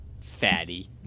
Fatty